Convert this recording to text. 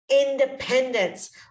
independence